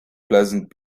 pleasant